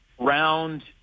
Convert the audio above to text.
round